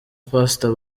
pastor